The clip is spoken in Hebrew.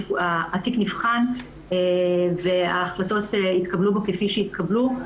התיק נבחן והחלטות התקבלו בו כפי שהתקבלו.